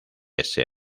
ese